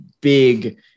big